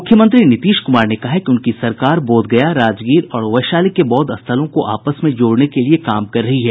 मुख्यमंत्री नीतीश कुमार ने कहा है कि उनकी सरकार बोधगया राजगीर और वैशाली के बौद्व स्थलों को आपस में जोड़ने के लिये काम कर रही है